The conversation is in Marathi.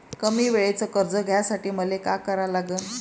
कमी वेळेचं कर्ज घ्यासाठी मले का करा लागन?